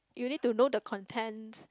you need to know the content